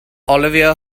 olivia